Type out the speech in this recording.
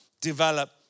develop